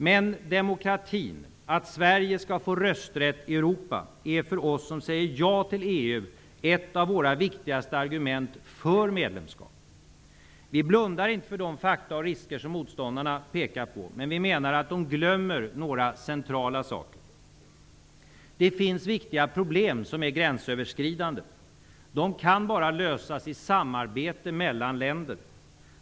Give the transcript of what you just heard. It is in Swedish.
Men demokratin -- att Sverige skall få rösträtt i Europa -- är för oss som säger ja till EU ett av våra viktigaste argument för medlemskap. Vi blundar inte för de fakta och risker som motståndarna pekar på, men vi menar att de glömmer några centrala saker. Det finns viktiga problem som är gränsöverskridande. De kan bara lösas i samarbete mellan länder.